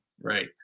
Right